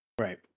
Right